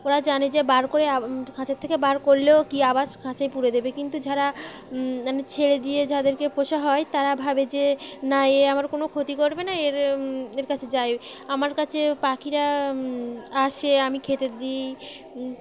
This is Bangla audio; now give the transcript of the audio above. ওরা জানে যে বার করে খাঁচা থেকে বার করলেও কী আবার খাঁচায় পুড়ে দেবে কিন্তু যারা মানে ছেড়ে দিয়ে যাদেরকে পোষা হয় তারা ভাবে যে না এ আমার কোনো ক্ষতি করবে না এর এর কাছে যায় আমার কাছে পাখিরা আসে আমি খেতে দিই